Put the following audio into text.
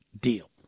deal